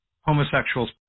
homosexuals